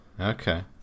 Okay